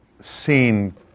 seen